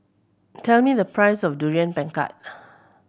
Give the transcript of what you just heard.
tell me the price of Durian Pengat